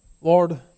Lord